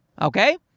okay